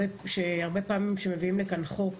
הרבה פעמים כאשר מביאים לכאן חוק,